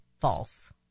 false